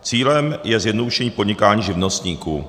Cílem je zjednodušení podnikání živnostníků.